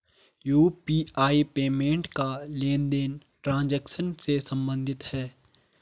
UPI payment का लेनदेन transaction से सम्बंधित है